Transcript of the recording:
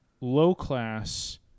low-class